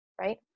right